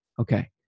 Okay